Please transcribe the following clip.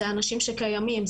אלו אנשים שקיימים,